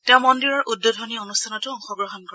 তেওঁ মন্দিৰৰ উদ্বোধনী অনুষ্ঠানতো অংশগ্ৰহণ কৰে